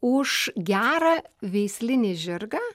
už gerą veislinį žirgą